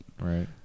Right